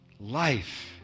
life